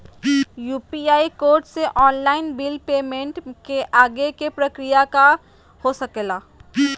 UPI code से online bill payment के आगे के प्रक्रिया का हो सके ला?